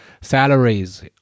salaries